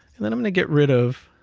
and then i'm gonna get rid of